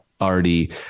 already